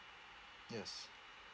yes